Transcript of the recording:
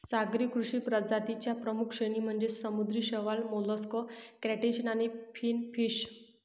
सागरी कृषी प्रजातीं च्या प्रमुख श्रेणी म्हणजे समुद्री शैवाल, मोलस्क, क्रस्टेशियन आणि फिनफिश